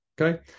Okay